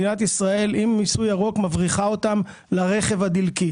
מדינת ישראל עם מיסוי ירוק מבריחה אותם לרכב הדלקי.